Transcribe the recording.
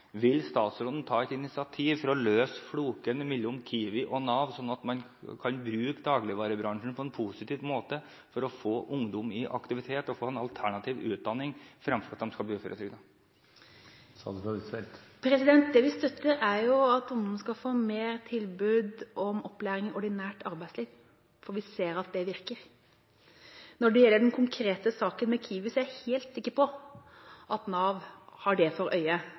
Vil statsråden ta initiativ til å løse floken mellom Kiwi og Nav, slik at man på en positiv måte kan bruke dagligvarebransjen til å få ungdom i aktivitet, og slik at de får en alternativ utdanning, fremfor å bli uføretrygdet? Det vi støtter, er at ungdom skal få flere tilbud om opplæring i ordinært arbeidsliv, for vi ser at det virker. Når det gjelder den konkrete saken om Kiwi, er jeg helt sikker på at Nav har det for øye